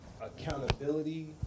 accountability